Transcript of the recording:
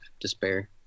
despair